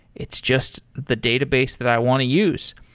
it's just the database that i want to use.